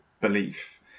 belief